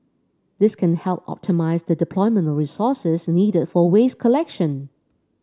this can help optimise the deployment of resources needed for waste collection